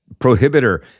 prohibitor